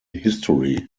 history